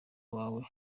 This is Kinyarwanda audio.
wawe